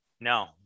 No